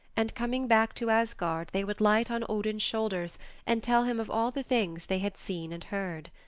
and coming back to asgard they would light on odin's shoulders and tell him of all the things they had seen and heard.